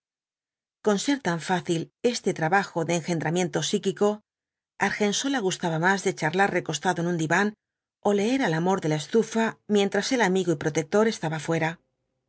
con ser tan fácil este trabajo de engendramiento psíquico argensola gustaba más de charlar recostado en un diván ó leer al amor de la estufa mientras el amigo y protector estaba fuera